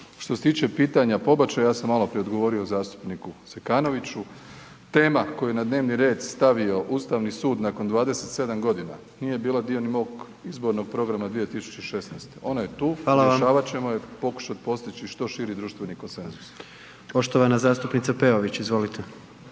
Što se tiče pitanja pobačaja, ja sam maloprije odgovorio zastupniku Zekanoviću, tema koju je na dnevni red stavio Ustavni sud nakon 27 godina, nije bila dio ni mog izbornog programa 2016., ona je tu, rješavat ćemo je …/Upadica: Hvala vam./… pokušat postići što širi društveni konsenzus.